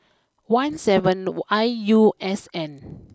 one seven I U S N